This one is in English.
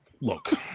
look